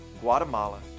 Guatemala